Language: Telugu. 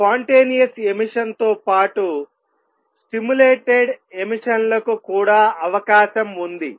స్పాంటేనియస్ ఎమిషన్ తో పాటు స్టిములేటెడ్ ఎమిషన్ లకు కూడా అవకాశం ఉంది